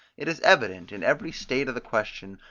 it is evident, in every state of the question,